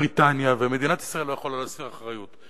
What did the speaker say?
בריטניה, ומדינת ישראל לא יכולה להסיר אחריות.